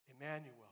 Emmanuel